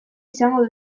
izango